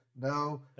No